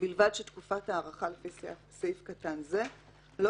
ובלבד שתקופת ההארכה לפי סעיף קטן זה לא